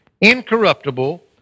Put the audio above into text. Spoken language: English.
incorruptible